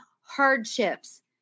hardships